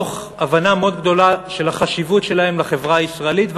מתוך הבנה מאוד גדולה של החשיבות שלהם לחברה הישראלית,